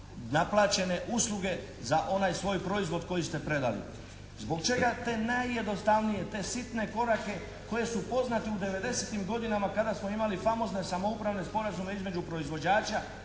naplaćene usluge za onaj svoj proizvod koji ste predali. Zbog čega te najjednostavnije, te sitne korake koje su poznate u 90-tim godinama kada smo imali famozne samoupravne sporazume između proizvođača